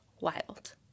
wild